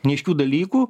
neaiškių dalykų